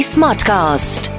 Smartcast